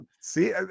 See